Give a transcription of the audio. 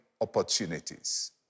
opportunities